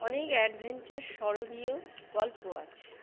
অনেক অ্যাডভেঞ্চার স্মরণীয় গল্প আছে